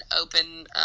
open